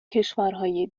کشورهای